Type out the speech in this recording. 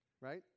Right